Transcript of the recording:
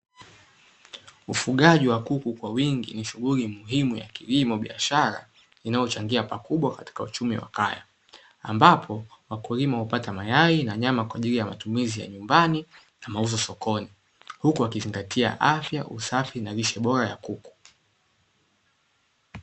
Ufugaji wa kuku kwa wingi ni shughuli muhimu ya kilimo biashara, inayochangia pakubwa katika uchumi wa kaya, ambapo wakulima hupata mayai na nyama kwaajili ya matumizi ya nyumbani na mauzo sokoni, huku wakizingatia afya usafi na lishe bora ya kuku.